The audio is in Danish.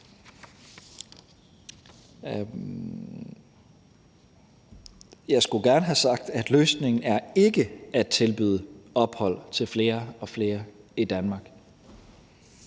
Jeg skulle gerne have sagt, at løsningen ikke er at tilbyde ophold til flere og flere i Danmark.